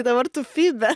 dabar tu fibe